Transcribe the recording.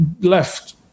left